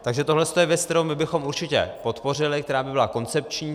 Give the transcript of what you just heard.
Takže tohle je věc, kterou bychom určitě podpořili, která by byla koncepční.